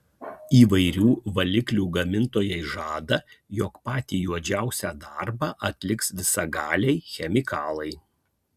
įvairių valiklių gamintojai žada jog patį juodžiausią darbą atliks visagaliai chemikalai